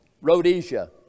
Rhodesia